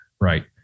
right